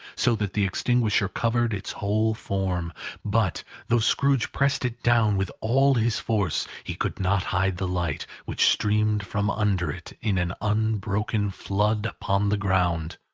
so that the extinguisher covered its whole form but though scrooge pressed it down with all his force, he could not hide the light which streamed from under it, in an unbroken flood upon the ground.